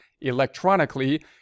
electronically